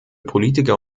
politiker